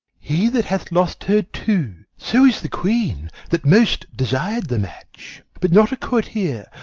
he that hath lost her too. so is the queen, that most desir'd the match. but not a courtier,